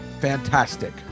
fantastic